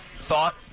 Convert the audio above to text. Thought